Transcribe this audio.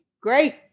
Great